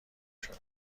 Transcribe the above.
شدم